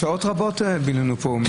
שעות רבות בילינו פה.